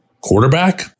quarterback